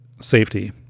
safety